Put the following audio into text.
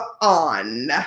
on